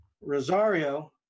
rosario